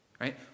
Right